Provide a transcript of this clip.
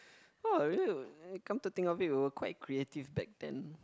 oh come to think of it we were quite creative back then